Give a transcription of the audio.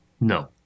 No